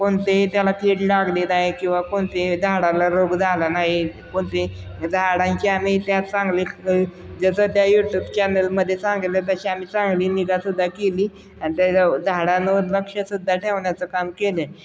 कोणतेही त्याला कीड लागले नाही किंवा कोणतेही झाडाला रोग झाला नाही कोणते झाडांची आम्ही त्या चांगले जसं त्या यूट्यूब चॅनलमध्ये सांगितलं तशी आम्ही चांगली निगासुद्धा केली आणि त्या झाडांवर लक्षसुद्धा ठेवण्याचं काम केलं आहे